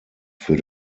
für